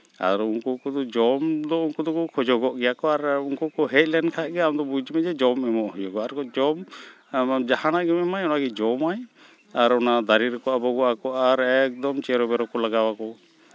ᱟᱨ ᱩᱱᱠᱩ ᱠᱚᱫᱚ ᱡᱚᱢ ᱫᱚ ᱩᱱᱠᱩ ᱫᱚᱠᱚ ᱠᱷᱚᱡᱚᱜᱚᱜ ᱜᱮᱭᱟ ᱠᱚ ᱟᱨ ᱩᱱᱠᱩ ᱠᱚ ᱦᱮᱡ ᱞᱮᱱᱠᱷᱟᱱ ᱜᱮ ᱟᱢ ᱫᱚ ᱵᱩᱡᱽ ᱢᱮ ᱡᱮ ᱡᱚᱢ ᱮᱢᱚᱜ ᱦᱩᱭᱩᱜᱚᱜᱼᱟ ᱟᱨ ᱠᱚ ᱡᱚᱢ ᱡᱟᱦᱟᱱᱟᱜ ᱜᱮᱢ ᱮᱢᱟᱭᱟ ᱚᱱᱟ ᱜᱮᱭ ᱡᱚᱢᱟᱭ ᱟᱨ ᱚᱱᱟ ᱫᱟᱨᱮ ᱨᱮᱠᱚ ᱟᱵᱚᱜᱚᱜᱼᱟ ᱠᱚ ᱟᱨ ᱮᱠᱫᱚᱢ ᱪᱮᱨᱚ ᱵᱮᱨᱚ ᱠᱚ ᱞᱟᱜᱟᱣ ᱟᱠᱚ